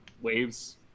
waves